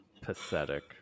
Pathetic